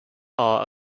are